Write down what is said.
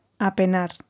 apenar